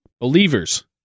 Believers